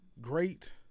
great